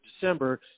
December